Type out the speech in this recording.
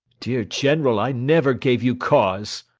dear general, i never gave you cause.